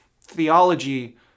theology